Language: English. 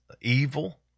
evil